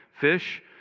fish